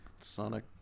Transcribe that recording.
Sonic